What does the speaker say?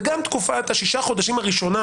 וגם תקופת ששת החודשים הראשונה